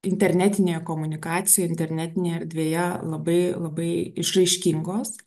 internetinėje komunikacijoje internetinėje erdvėje labai labai išraiškingos